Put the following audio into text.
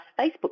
Facebook